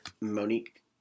Monique